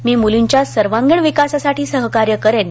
मी मुलींच्या सर्वांगीण विकासासाठी सहकार्य करेन